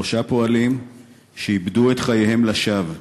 שלושה פועלים שאיבדו את חייהם לשווא,